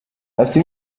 afite